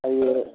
அது எவ்வளோ